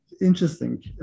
Interesting